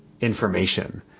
information